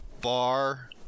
bar